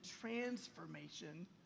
transformation